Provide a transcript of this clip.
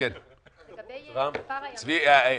צבי האוזר,